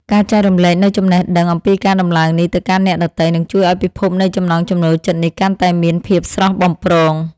ការចែករំលែកនូវចំណេះដឹងអំពីការដំឡើងនេះទៅកាន់អ្នកដទៃនឹងជួយឱ្យពិភពនៃចំណង់ចំណូលចិត្តនេះកាន់តែមានភាពស្រស់បំព្រង។